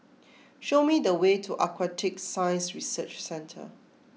show me the way to Aquatic Science Research Centre